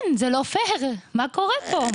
כן, זה לא פייר, מה קורה פה?